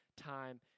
time